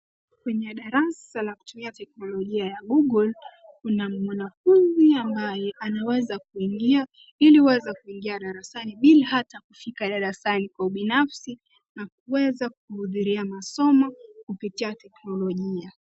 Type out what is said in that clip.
Kwenye darasa la kutumia teknologia ya Google, kuna mwanafunzi ambaye anaweza kuingia ili kuweza kuingia darasani bila hata kushika darasani kwa ubinafsi na kuweza kuhudhuria masomo kupitia teknlogia.